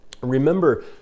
remember